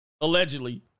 Allegedly